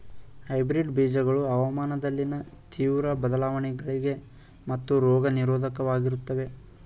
hybrid ಬೀಜಗಳು ಹವಾಮಾನದಲ್ಲಿನ ತೀವ್ರ ಬದಲಾವಣೆಗಳಿಗೆ ಮತ್ತು ರೋಗ ನಿರೋಧಕವಾಗಿರುತ್ತವೆ